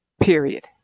Period